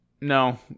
No